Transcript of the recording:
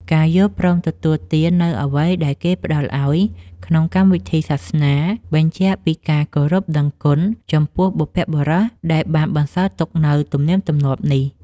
ការយល់ព្រមទទួលទាននូវអ្វីដែលគេផ្តល់ឱ្យក្នុងកម្មវិធីសាសនា បញ្ជាក់ពីការគោរពដឹងគុណចំពោះបុព្វបុរសដែលបានបន្សល់ទុកនូវទំនៀមទម្លាប់នេះ។